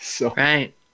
Right